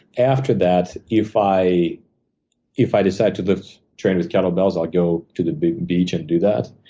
after that, if i if i decide to lift train with kettle bells, i'll go to the beach and do that.